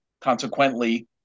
consequently